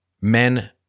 men